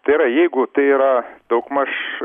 tai yra jeigu tai yra daugmaž